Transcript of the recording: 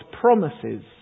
promises